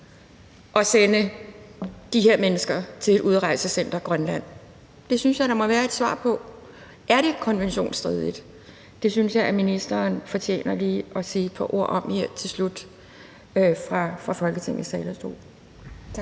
at sende de her mennesker til et udrejsecenter i Grønland? Det synes jeg der må være et svar på. Er det konventionsstridigt? Det synes jeg ministeren fortjener lige at sige et par ord om fra Folketingets talerstol